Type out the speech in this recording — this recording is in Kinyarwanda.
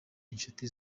inshuti